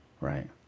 Right